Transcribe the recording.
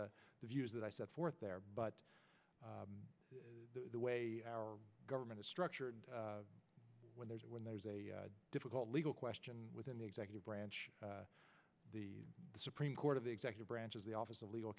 the views that i set forth there but the way our government is structured when there's when there's a difficult legal question within the executive branch the supreme court of the executive branch is the office of